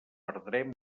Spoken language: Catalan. perdrem